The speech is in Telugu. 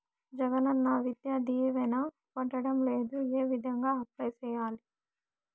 జగనన్న విద్యా దీవెన పడడం లేదు ఏ విధంగా అప్లై సేయాలి